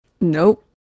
Nope